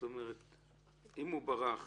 אם הוא ברח